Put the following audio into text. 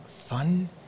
fun